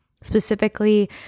Specifically